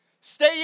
Stay